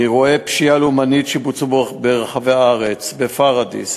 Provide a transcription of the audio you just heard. אירועי פשיעה לאומנית שבוצעו ברחבי הארץ בפוריידיס,